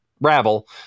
rabble